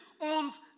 owns